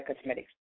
Cosmetics